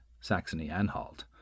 Saxony-Anhalt